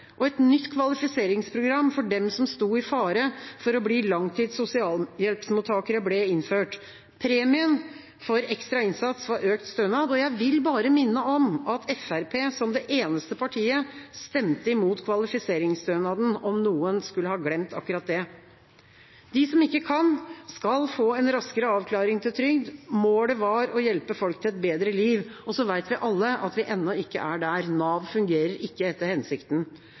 og et nytt kvalifiseringsprogram for dem som sto i fare for å bli langtids sosialhjelpsmottakere, ble innført. Premien for ekstra innsats var økt stønad, og jeg vil bare minne om at Fremskrittspartiet – som det eneste partiet – stemte imot kvalifiseringsstønaden, om noen skulle ha glemt det. De som ikke kan, skulle få en raskere avklaring til trygd. Målet var å hjelpe folk til et bedre liv. Så vet vi alle at vi ennå ikke er der. Nav fungerer ikke etter hensikten.